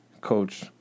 Coach